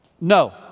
No